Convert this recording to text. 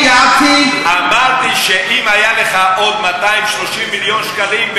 אמרתי שאם היו לך עוד 230 מיליון שקלים,